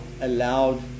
allowed